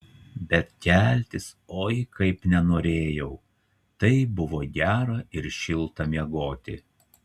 bet keltis oi kaip nenorėjau taip buvo gera ir šilta miegoti